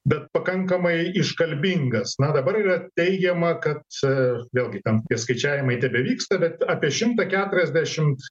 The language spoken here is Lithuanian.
bet pakankamai iškalbingas na dabar yra teigiama kad vėlgi ten tie skaičiavimai tebevyksta bet apie šimtą keturiasdešimt